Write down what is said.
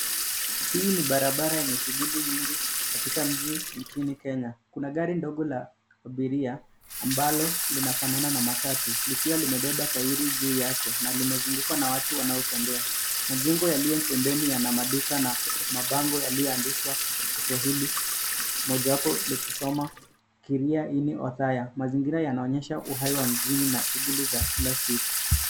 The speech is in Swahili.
Hii ni barabara yenye shughuli nyingi katika mji nchini Kenya. Kuna gari dogo la abiria ambalo linafanana na matatu likiwa limebeba taili juu yake na limezungukwa na watu wanaotembea. Majengo yaliyo pembeni yana maduka na mabango yaliyoandikwa kwa kiswahili majawapo likisoma Kiria-ini Othaya. Mazingira yanaonyesha uhai wa mjini na shughuli za kila siku.